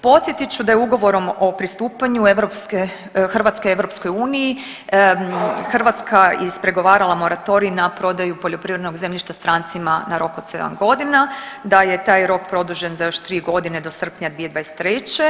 Podsjetit ću da je Ugovorom o pristupanju Hrvatske EU Hrvatska ispregovarala moratorij na prodaju poljoprivrednog zemljišta strancima na rok od 7 godina, da je taj rok produžen za još 3 godine do srpnja 2023.